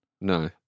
No